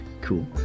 cool